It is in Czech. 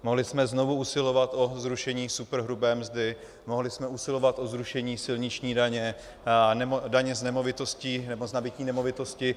Mohli jsme znovu usilovat o zrušení superhrubé mzdy, mohli jsme usilovat o zrušení silniční daně, daně z nemovitosti nebo z nabytí nemovitosti.